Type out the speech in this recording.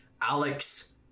Alex